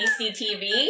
CCTV